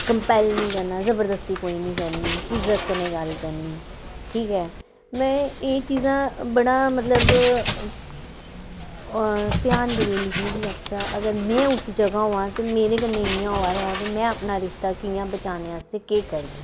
compel निं करना जबरदस्ती कोई निं करनी इज्जत कन्नै गल्ल करनी ठीक ऐ में एह् चीजां बड़ा मतलब ध्यान करियै लिखनी ही अच्छा अगर में उस जगह् होआं ते मेरे कन्नै इ'यां होआ दा होऐ ते में अपना रिश्ता कि'यां बचाने आस्तै केह् करगी